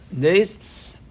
days